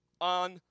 on